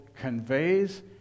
conveys